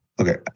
Okay